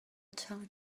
talk